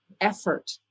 effort